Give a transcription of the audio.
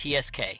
TSK